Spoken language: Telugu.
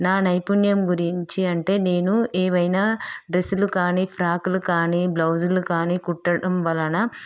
నా నైపుణ్యం గురించి అంటే నేను ఏమైనా డ్రస్సులు కానీ ఫ్రాక్కులు కానీ బ్లౌజులు కానీ కుట్టడం వలన